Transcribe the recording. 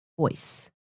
voice